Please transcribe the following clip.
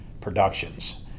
Productions